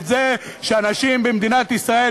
את זה שאנשים במדינת ישראל,